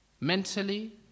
Mentally